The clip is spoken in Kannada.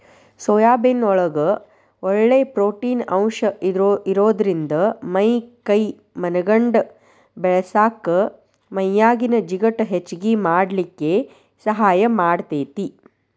ಸೋಯಾಬೇನ್ ನೊಳಗ ಒಳ್ಳೆ ಪ್ರೊಟೇನ್ ಅಂಶ ಇರೋದ್ರಿಂದ ಮೈ ಕೈ ಮನಗಂಡ ಬೇಳಸಾಕ ಮೈಯಾಗಿನ ಜಿಗಟ್ ಹೆಚ್ಚಗಿ ಮಾಡ್ಲಿಕ್ಕೆ ಸಹಾಯ ಮಾಡ್ತೆತಿ